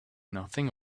nothing